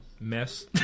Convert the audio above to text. mess